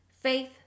Faith